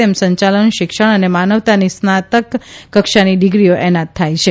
તેમ સંચાલન શિક્ષણ અને માનવતાની સ્નાતક કક્ષાની ડીગ્રીઓ એનાયત થાય છે